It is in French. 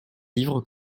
livres